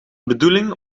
bedoeling